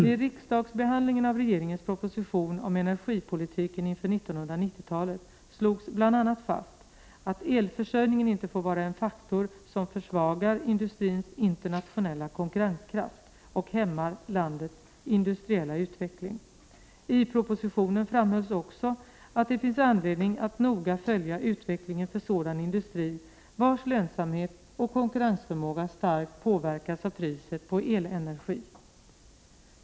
Vid riksdagsbehandlingen av regeringens proposition om energipolitiken inför 1990-talet slogs bl.a. fast att elförsörjningen inte får vara en faktor som försvagar industrins internationella konkurrenskraft och hämmar landets industriella utveckling. I propositionen framhölls också att det finns anledning att noga följa utvecklingen för sådan industri vars lönsamhet och konkurrensförmåga starkt påverkas av priset på elenergi.